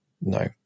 No